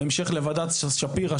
בהמשך לוועדת שפירא,